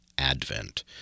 Advent